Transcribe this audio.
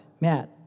Matt